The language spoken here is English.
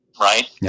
right